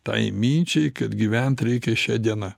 tai minčiai kad gyvent reikia šia diena